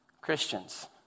Christians